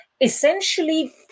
essentially